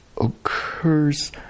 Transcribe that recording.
occurs